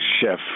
chef